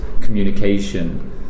communication